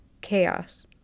chaos